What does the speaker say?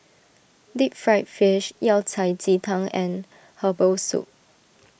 Deep Fried Fish Yao Cai Ji Yang and Herbal Soup